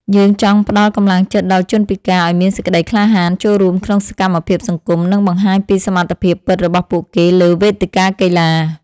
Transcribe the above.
យើងចង់ផ្ដល់កម្លាំងចិត្តដល់ជនពិការឱ្យមានសេចក្ដីក្លាហានចូលរួមក្នុងសកម្មភាពសង្គម និងបង្ហាញពីសមត្ថភាពពិតរបស់ពួកគេលើវេទិកាកីឡា។